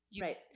Right